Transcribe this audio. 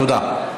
תודה.